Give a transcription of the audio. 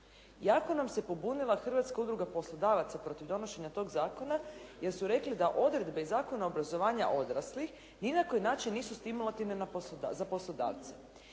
jako nam se pobunila poslodavaca protiv donošenja tog zakona jer su rekli da odredbe i Zakona obrazovanja odraslih ni na koji način nisu stimulativne za poslodavce.